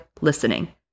listening